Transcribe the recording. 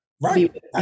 Right